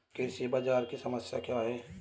कृषि बाजार की समस्या क्या है?